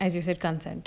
as you said consent